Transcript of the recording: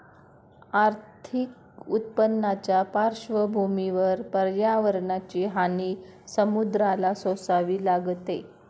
आर्थिक उत्पन्नाच्या पार्श्वभूमीवर पर्यावरणाची हानी समुद्राला सोसावी लागते